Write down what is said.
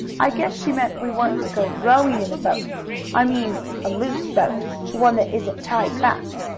i guess she meant we weren't to go rowing in a boat i mean a loose boat one that isn't tied fast,